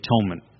atonement